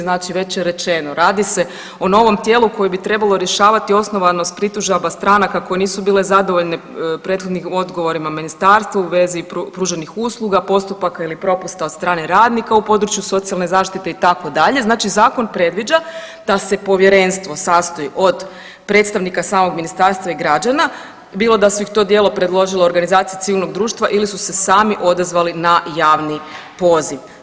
Znači već je rečeno, radi se o novom tijelu koje bi trebalo rješavati osnovanost pritužaba stranaka koje nisu bile zadovoljne prethodnim odgovorima ministarstva u vezi pruženih usluga, postupaka ili propusta od strane radnika u području socijalne zaštite itd., znači zakon predviđa da se povjerenstvo sastoji od predstavnika samog ministarstva i građana bilo da su ih to dijelom predložile organizacije civilnog društva ili su se sami odazvali na javni poziv.